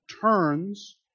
turns